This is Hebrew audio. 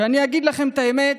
ואני אגיד לכם את האמת,